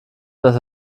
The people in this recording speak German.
dass